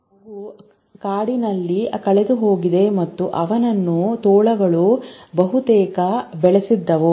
ಮಗು ಕಾಡಿನಲ್ಲಿ ಕಳೆದುಹೋಗಿದೆ ಮತ್ತು ಅವನನ್ನು ತೋಳಗಳು ಬಹುತೇಕ ಬೆಳೆಸಿದವು